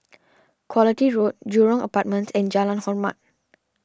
Quality Road Jurong Apartments and Jalan Hormat